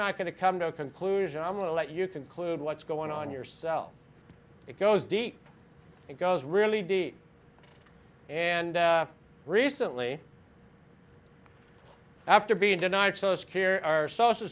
not going to come to a conclusion i'm going to let you conclude what's going on yourself it goes deep it goes really deep and recently after being denied so secure our social